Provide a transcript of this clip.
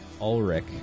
Ulrich